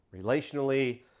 relationally